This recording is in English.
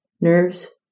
nerves